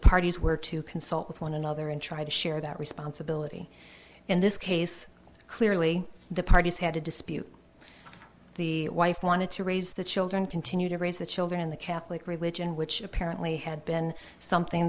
parties were to consult with one another and try to share that responsibility in this case clearly the parties had a dispute the wife wanted to raise the children continue to raise the children in the catholic religion which apparently had been something